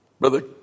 Brother